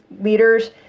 leaders